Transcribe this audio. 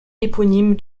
éponyme